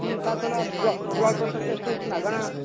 ହୁଁ ତା ଛଡ଼ା ବ୍ଲଡ୍ ପ୍ରେସର୍ ଟେଷ୍ଟ୍ ହେଉଛି ମାଗଣା